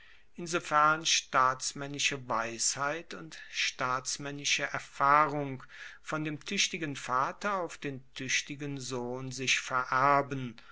insofern staatsmaennische weisheit und staatsmaennische erfahrung von dem tuechtigen vater auf den tuechtigen sohn sich vererben